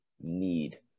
need